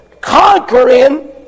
Conquering